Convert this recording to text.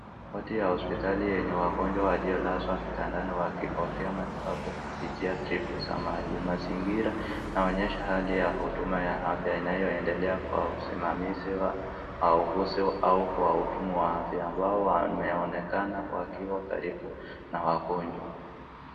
Wodi ya hospitali yenye wagonjwa walio lala vitandani wakipokea matibabu kupitia dripu za maji. Mazingira yanaonyesha hali ya huduma ya afya inayoendelea kwa usimamizi wa wahuguzi au wahudumu wa afya ambao wameonekana wakiwa karibu na wagonjwa.